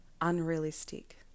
unrealistic